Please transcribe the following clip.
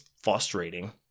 frustrating